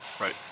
Right